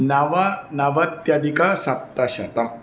नवनवत्यधिकसप्तशतम्